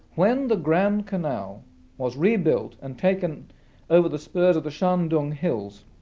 when the grand canal was rebuilt and taken over the spurs of the shandong hills,